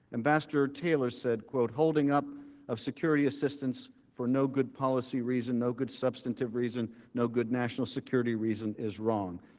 ambassador taylor said quote holding up a security assistance for no good policy reason, no good substance of reason, no good national security reason, is wrong.